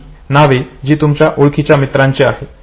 अशी नावे जी तुमच्या ओळखीच्या मित्रांची आहेत